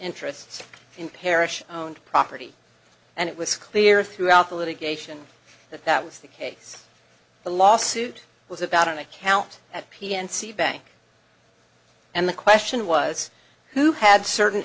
interests in parish owned property and it was clear throughout the litigation that that was the case the lawsuit was about an account at p and c bank and the question was who had certain